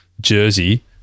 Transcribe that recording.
Jersey